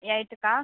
ఎయిత్కా